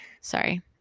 Sorry